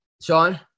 Sean